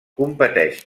competeix